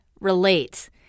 relate